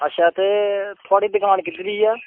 अच्छा ते थोआड़ी दकान कित्थै जेही ऐ